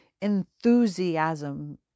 enthusiasm